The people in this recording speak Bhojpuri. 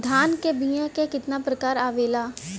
धान क बीया क कितना प्रकार आवेला?